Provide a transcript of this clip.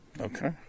Okay